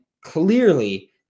clearly